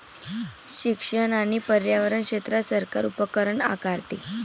शिक्षण आणि पर्यावरण क्षेत्रात सरकार उपकर आकारते